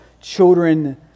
children